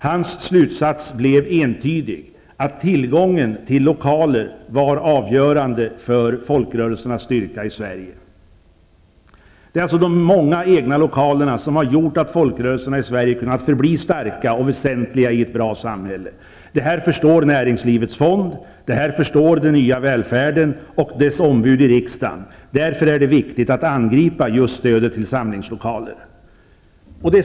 Hans slutsats blev entydigt att tillgången till lokaler var avgörande för folkrörelsernas styrka i Sverige. Det är alltså de många egna lokalerna som har gjort att folkrörelserna i Sverige kunnat förbli starka och väsentliga i ett bra samhälle. Det förstår Näringslivets fond, det förstår Den nya välfärden och dess ombud i riksdagen. Därför är det viktigt för dem att angripa just stödet till samlingslokaler.